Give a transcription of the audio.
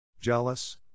Jealous